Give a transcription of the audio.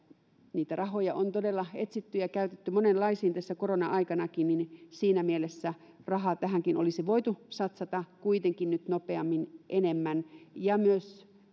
niitä rahoja on todella etsitty ja käytetty monenlaisiin tässä korona aikanakin niin siinä mielessä rahaa tähänkin olisi voitu satsata kuitenkin nyt nopeammin enemmän ja myös kun